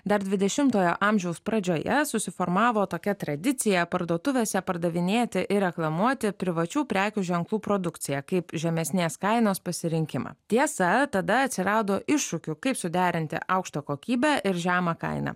dar dvidešimtojo amžiaus pradžioje susiformavo tokia tradicija parduotuvėse pardavinėti ir reklamuoti privačių prekių ženklų produkciją kaip žemesnės kainos pasirinkimą tiesa tada atsirado iššūkių kaip suderinti aukštą kokybę ir žemą kainą